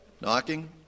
knocking